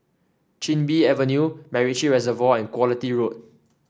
Chin Bee Avenue MacRitchie Reservoir and Quality Road